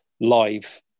live